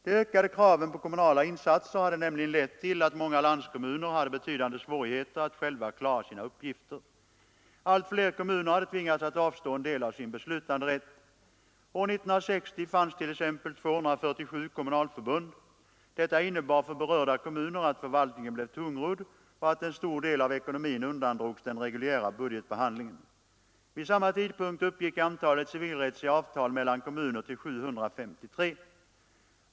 De ökade kraven på kommunala insatser hade nämligen lett till att många landskommuner hade betydande svårigheter att själva klara sina uppgifter. Allt fler kommuner hade tvingats att avstå en del av sin beslutanderätt. År 1960 fanns t.ex. 247 kommunalförbund. Detta innebar för berörda kommuner att förvaltningen blev tungrodd och att en stor del av ekonomin undandrogs den reguljära budgetbehandlingen. Vid samma tidpunkt uppgick antalet civilrättsliga avtal mellan kommuner till 753.